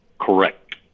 correct